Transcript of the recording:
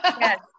Yes